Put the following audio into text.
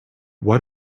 what